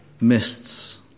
mists